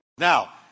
Now